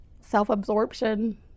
self-absorption